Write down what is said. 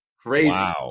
Crazy